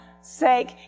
sake